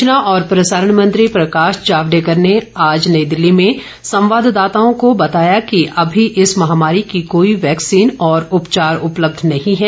सूचना और प्रसारण मंत्री प्रकाश जावडेकर ने आज नई दिल्ली में संवाददाताओं को बताया कि अभी इस महामारी की कोई वैकसीन और उपचार उपलब्ध नहीं है